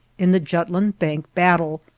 in the jutland bank battle,